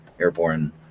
airborne